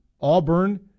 Auburn